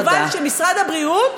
במובן שמשרד הבריאות